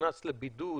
נכנס לבידוד